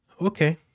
Okay